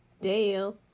Dale